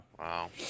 Wow